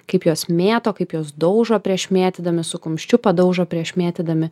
kaip juos mėto kaip juos daužo prieš mėtydami su kumščiu padaužo prieš mėtydami